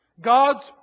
God's